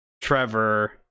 trevor